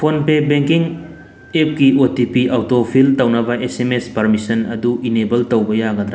phone ꯄꯦ banking ꯑꯦꯞꯀꯤ O T P auto fill ꯇꯧꯅꯕ S M S permission ꯑꯗꯨ enable ꯇꯧꯕ ꯌꯥꯒꯗ꯭ꯔꯥ